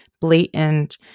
Blatant